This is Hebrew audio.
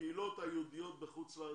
הקהילות היהודיות בחוץ לארץ,